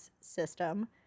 system